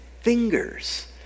fingers